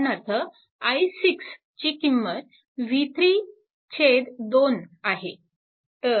उदाहरणार्थ i6 ची किंमत v3 2 आहे